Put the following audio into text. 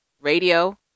radio